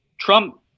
Trump